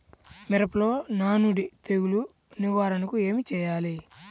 మిరపలో నానుడి తెగులు నివారణకు ఏమి చేయాలి?